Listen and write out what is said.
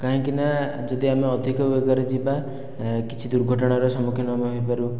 କାହିଁକିନା ଯଦି ଆମେ ଅଧିକ ବେଗରେ ଯିବା କିଛି ଦୁର୍ଘଟଣାର ସମ୍ମୁଖୀନ ଆମେ ହୋଇପାରୁ